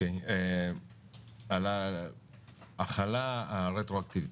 על ההחלה הרטרואקטיבית,